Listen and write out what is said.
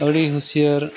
ᱟᱹᱰᱤ ᱦᱩᱥᱭᱟᱹᱨ